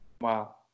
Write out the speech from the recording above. Wow